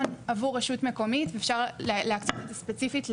עבור רשות מקומית אפשר להקצות את זה ספציפית,